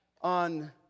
on